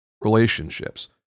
relationships